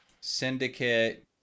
syndicate